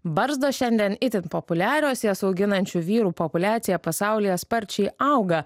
barzdos šiandien itin populiarios jas auginančių vyrų populiacija pasaulyje sparčiai auga